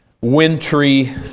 wintry